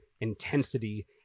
intensity